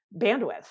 bandwidth